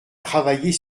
travailler